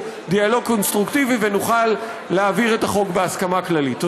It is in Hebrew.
דיאלוג קונסטרוקטיבי ונוכל להעביר את החוק בהסכמה כללית.